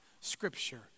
Scripture